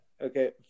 Okay